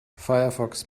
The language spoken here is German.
firefox